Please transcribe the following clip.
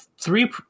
three